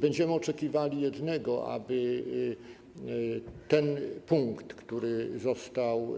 Będziemy oczekiwali jednego, aby ten punkt, który został